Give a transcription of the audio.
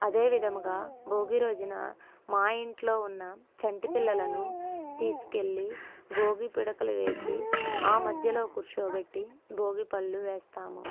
అదేవిదముగా భోగిరోజున మా ఇంట్లో ఉన్న చంటిపిల్లలను తీసుకువెళ్ళి భోగిపిడకలు వేసి ఆ మధ్యలో కూర్చోపెట్టి భోగిపళ్ళు వేస్తాము